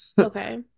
Okay